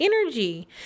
energy